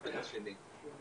הבן שלי.